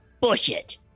Bullshit